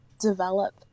develop